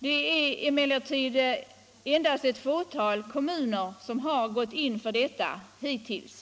Det är emellertid endast ett fåtal kommuner som har gått in för sådan avgiftsbefrielse hittills.